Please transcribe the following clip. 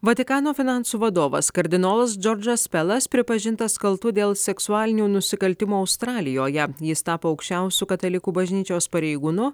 vatikano finansų vadovas kardinolas džordžas pelas pripažintas kaltu dėl seksualinių nusikaltimų australijoje jis tapo aukščiausiu katalikų bažnyčios pareigūnu